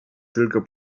tylko